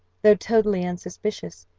though totally unsuspicious,